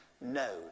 no